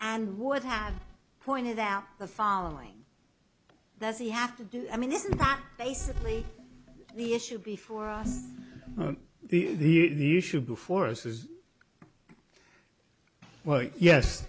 and would have pointed out the following that's the have to do i mean this is basically the issue before us these issues before us is well yes